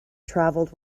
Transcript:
travelled